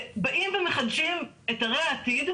שבאים ומחדשים את ערי העתיד,